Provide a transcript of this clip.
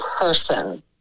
person